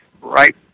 right